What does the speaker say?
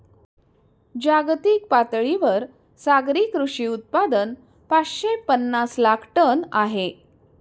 जागतिक पातळीवर सागरी कृषी उत्पादन पाचशे पनास लाख टन आहे